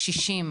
קשישים,